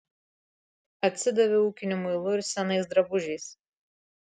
atsidavė ūkiniu muilu ir senais drabužiais